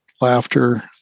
laughter